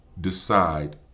decide